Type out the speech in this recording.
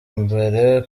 mbere